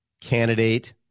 candidate